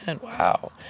Wow